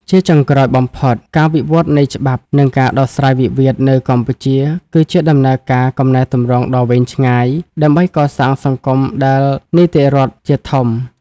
ជាចុងក្រោយបំផុត ការវិវត្តនៃច្បាប់ និងការដោះស្រាយវិវាទនៅកម្ពុជា គឺជាដំណើរការកំណែទម្រង់ដ៏វែងឆ្ងាយ ដើម្បីកសាងសង្គមដែលនីតិរដ្ឋជាធំ។